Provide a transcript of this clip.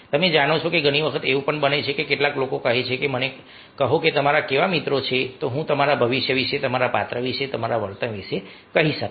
તમે જાણો છો કે ઘણી વખત એવું બને છે કે કેટલાક લોકો કહે છે કે મને કહો કે તમારા કેવા મિત્રો છે હું તમારા ભવિષ્ય વિશે તમારા પાત્ર વિશે તમારા વર્તન વિશે કહીશ